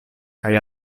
kaj